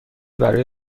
برای